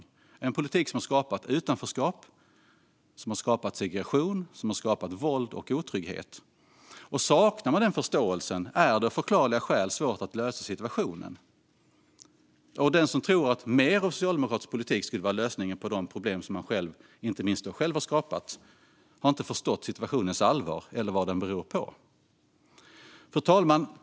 Det här är en politik som har skapat utanförskap, segregation, våld och otrygghet. Om man saknar denna förståelse är det av förklarliga skäl svårt att lösa situationen, och den som tror att mer av socialdemokratisk politik är lösningen på de problem som inte minst Socialdemokraterna själva har skapat har inte förstått situationens allvar eller vad den beror på. Fru talman!